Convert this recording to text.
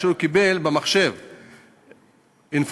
הוא קיבל במחשב אינפורמציה,